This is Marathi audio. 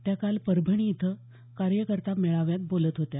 त्या काल परभणी इथं कार्यकर्ता मेळाव्यात बोलत होत्या